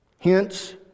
Hence